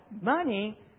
money